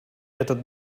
этот